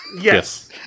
Yes